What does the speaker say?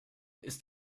ist